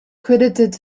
credited